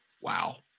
wow